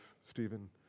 Stephen